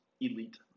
elite